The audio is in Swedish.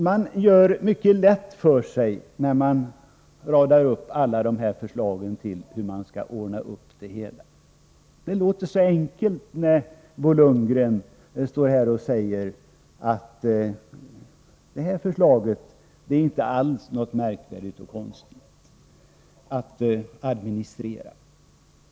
Man gör det mycket lätt för sig när man radar upp alla dessa förslag om hur det hela skall ordnas. Det låter så enkelt när Bo Lundgren säger att det här förslaget är inte alls något som är svårt att administrera.